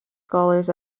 scholars